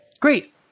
Great